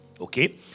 Okay